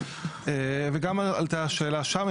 וגם עלתה השאלה שם,